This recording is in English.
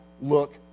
look